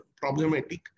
problematic